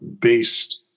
based